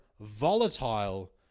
volatile